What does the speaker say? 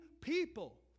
people